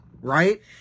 Right